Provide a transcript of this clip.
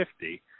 fifty